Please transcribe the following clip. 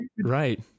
right